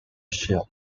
shield